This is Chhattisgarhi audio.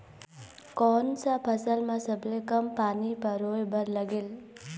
कोन सा फसल मा सबले कम पानी परोए बर लगेल?